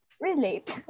Relate